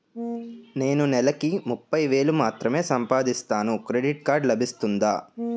నేను నెల కి ముప్పై వేలు మాత్రమే సంపాదిస్తాను క్రెడిట్ కార్డ్ లభిస్తుందా?